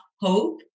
hope